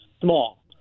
small